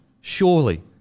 Surely